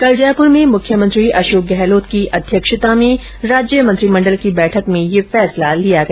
कल जयपुर में मुख्यमंत्री अशोक गहलोत की अध्यक्षता में राज्य मंत्रिमंडल की बैठक में ये फैसला लिया गया